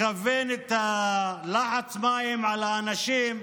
כיוונו את לחץ המים על האנשים,